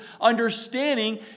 understanding